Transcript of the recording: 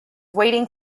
waiting